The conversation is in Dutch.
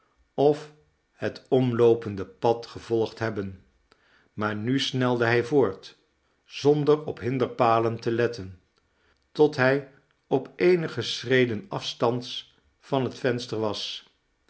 of het omloopende pad gevolgd hebben maar nu snelde hij voort zonder op hinderpalen te letten tot hij op eenige schreden afstands van het venster was